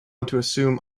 assume